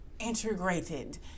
integrated